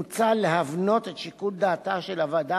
מוצע להבנות את שיקול דעתה של הוועדה